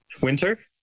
Winter